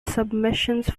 submissions